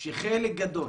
שחלק גדול,